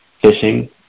fishing